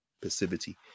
passivity